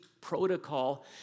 protocol